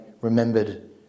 remembered